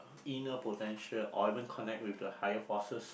inner potential or even connect with the higher forces